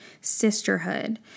sisterhood